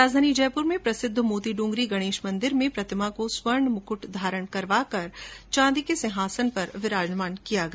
राजधानी जयपुर में प्रसिद्ध मोती डूंगरी गणेश मंदिर में प्रतिमा को स्वर्ण मुकूट धारण कराकर चांदी के सिंहासन पर विराजमान किया गया